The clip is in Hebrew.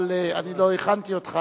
אבל אני לא הכנתי אותך,